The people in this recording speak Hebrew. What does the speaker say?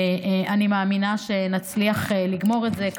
ואני מאמינה שנצליח לגמור את זה בזמן,